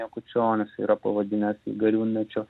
jakučionis yra pavadinęs jį gariūnmečiu